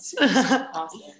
Awesome